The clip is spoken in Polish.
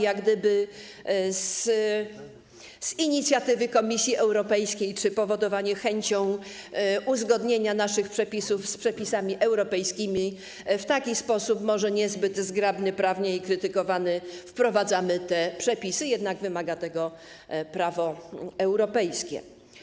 Jak gdyby z inicjatywy Komisji Europejskiej czy w związku z chęcią uzgodnienia naszych przepisów z przepisami europejskimi w taki sposób może niezbyt zgrabny prawnie i krytykowany wprowadzamy te przepisy, jednak wymaga tego prawo europejskie.